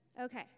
Okay